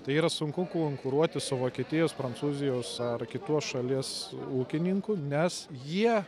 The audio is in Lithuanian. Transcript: tai yra sunku konkuruoti su vokietijos prancūzijos ar kitos šalies ūkininku nes jie